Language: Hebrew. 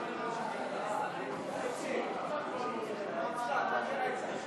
12), התשע"ז 2017, נתקבל.